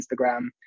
instagram